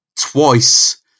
twice